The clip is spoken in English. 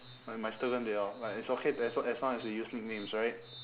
like mystogan they all like it's okay as long as long as we use nicknames right